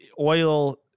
oil